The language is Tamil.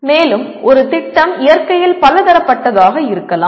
மேலும் ஒரு திட்டம் இயற்கையில் பலதரப்பட்டதாக இருக்கலாம்